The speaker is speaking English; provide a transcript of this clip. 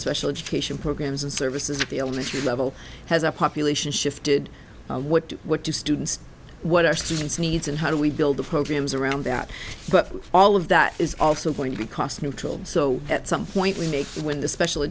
special education programs and services at the elementary level has a population shifted what do what do students what are students needs and how do we build the programs around that but all of that is also going to be cost neutral so at some point we make when the special